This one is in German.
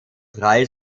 drei